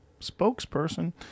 spokesperson